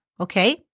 okay